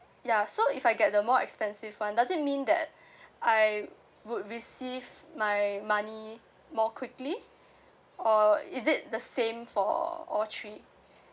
ya so if I get the more expensive one does it mean that I would receive my money more quickly or is it the same for all three